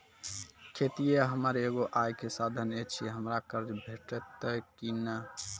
खेतीये हमर एगो आय के साधन ऐछि, हमरा कर्ज भेटतै कि नै?